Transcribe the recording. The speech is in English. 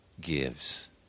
gives